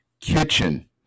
kitchen